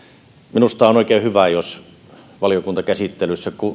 minusta on oikein hyvä että kun valiokuntakäsittelyssä